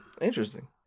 Interesting